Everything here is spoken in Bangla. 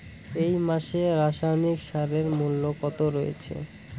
এই মাসে রাসায়নিক সারের মূল্য কত রয়েছে?